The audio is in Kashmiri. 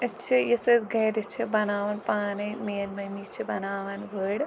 أسۍ چھِ یُس أسۍ گَرِ چھِ بناوان پانے میٲنۍ مٔمی چھِ بناوان ؤر